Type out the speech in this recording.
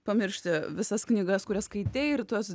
pamiršti visas knygas kurias skaitei ir tuos